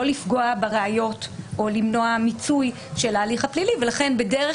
לפגוע בראיות או למנוע מיצוי של ההליך הפלילי ולכן בדרך